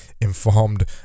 informed